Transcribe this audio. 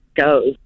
goes